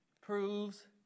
proves